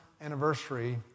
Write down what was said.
anniversary